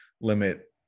limit